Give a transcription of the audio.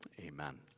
Amen